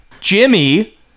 Jimmy